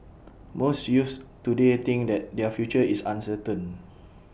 most youths today think that their future is uncertain